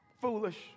foolish